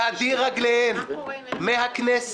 -- להדיר רגליהם מהכנסת.